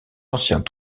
anciens